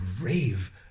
rave